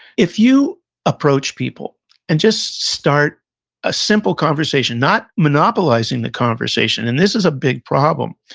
if you approach people and just start a simple conversation, not monopolizing the conversation, and this is a big problem,